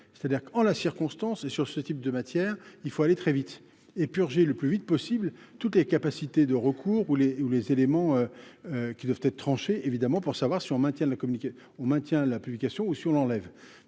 c'est-à-dire qu'en la circonstance et sur ce type de matière, il faut aller très vite et purger le plus vite possible toutes les capacités de recours ou les ou les éléments qui doivent être tranchées, évidemment, pour savoir si on maintient la communiquer, on maintient